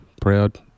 Proud